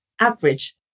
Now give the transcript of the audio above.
average